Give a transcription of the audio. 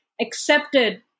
accepted